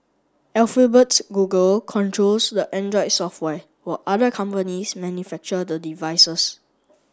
Alphabet's Google controls the Android software while other companies manufacture the devices